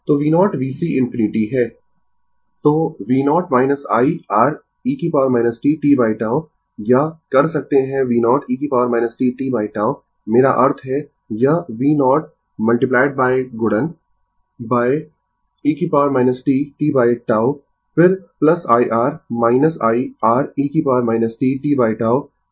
तो v0 vc infinity है I तो v0 I Re t t τ या कर सकते है v0e t t τ मेरा अर्थ है यह v0 गुणन e t t τ फिर I R I Re t tτ